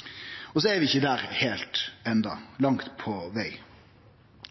havet. Så er vi ikkje der heilt enno, langt på veg.